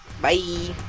Bye